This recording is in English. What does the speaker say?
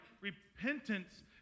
Repentance